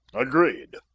agreed.